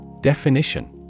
Definition